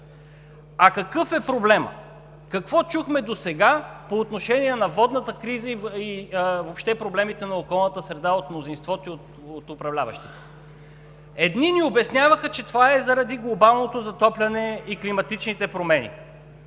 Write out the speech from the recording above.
А какъв е проблемът? Какво чухме досега по отношение на водната криза и въобще проблемите на околната среда от мнозинството и от управляващите?! Едни ни обясняваха, че това е заради глобалното затопляне и климатичните промени.